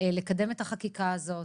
לקדם את החקיקה הזאת,